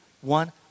one